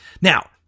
Now